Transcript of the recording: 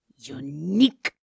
Unique